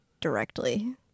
directly